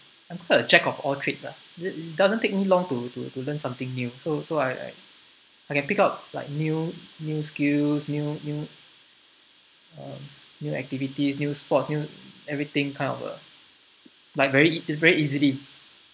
I'm quite a jack of all trades ah it doesn't take me long to to to learn something new so so I I I can pick up like new new skills new new uh new activities new sports new everything kind of uh like very easily